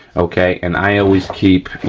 okay, and i always keep, you